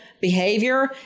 behavior